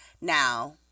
now